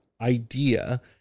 idea